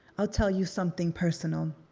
i'll tell you something personal.